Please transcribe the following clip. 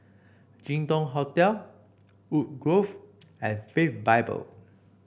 Jin Dong Hotel Woodgrove and Faith Bible